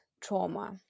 trauma